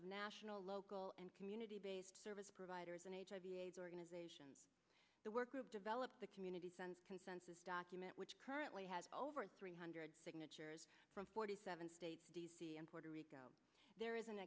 of national local and community based service providers and hiv aids organizations the work group developed the community center consensus document which currently has over three hundred signatures from forty seven states and puerto rico there is an